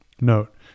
Note